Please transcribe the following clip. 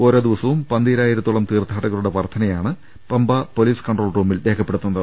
ഓരോ ദിവ സവും പന്തീരായിരത്തോളം തീർഥാടകരുടെ വർധനയാണ് പമ്പാ പൊലിസ് കൺട്രോൾ റൂമിൽ രേഖപ്പെടുത്തുന്നത്